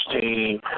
team